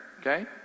okay